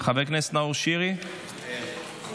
חבר הכנסת נאור שירי, מוותר,